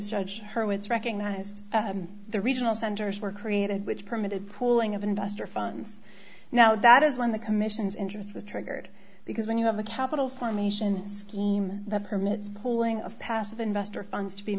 judge her it's recognized the regional centers were created which permitted pooling of investor funds now that is when the commission's interest was triggered because when you have a capital formation scheme that permits pulling of passive investor funds to be